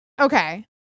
okay